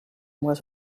was